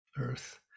earth